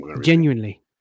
genuinely